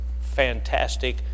fantastic